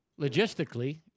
Logistically